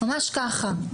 ממש ככה.